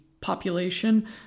population